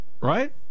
Right